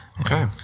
okay